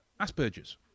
Asperger's